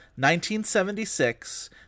1976